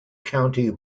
county